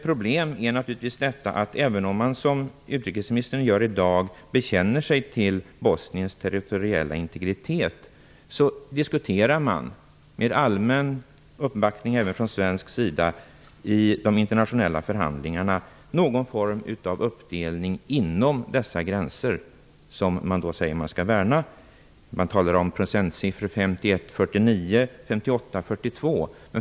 Problemet är naturligtvis detta: Även om man bekänner sig till Bosniens territoriella integritet, vilket utrikesministern gör i dag, diskuterar man i de internationella förhandlingarna med allmän uppbackning -- även från svensk sida -- någon form av uppdelning inom de gränser som man säger sig värna. Man talar om procentsiffror: 51--49, 58--42.